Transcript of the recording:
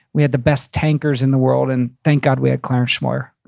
we had the best tankers in the world, and thank god we had clarence smoyer.